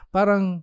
Parang